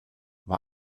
war